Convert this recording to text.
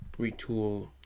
retool